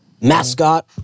mascot